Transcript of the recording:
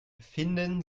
finden